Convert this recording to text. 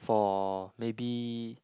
for maybe